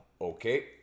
Okay